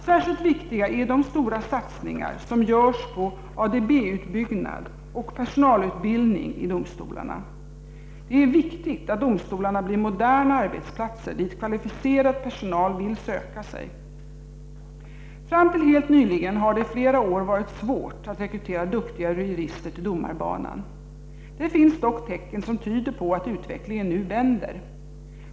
Särskilt viktiga är de stora satsningar som görs på ADB-utbyggnad och personalutbildning i domstolarna. Det är viktigt att domstolarna blir moderna arbetsplatser, dit kvalificerad personal vill söka sig. Fram till helt nyligen har det i flera år varit svårt att rekrytera duktiga jurister till domarbanan. Det finns dock tecken som tyder på att utvecklingen nu vänder.